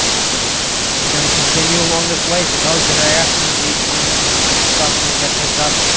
so we're going to continue along this way. for those that are asking, jeez, when ah is my stuff going to get picked up,